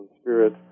spirit